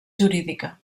jurídica